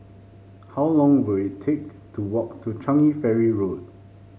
how long will it take to walk to Changi Ferry Road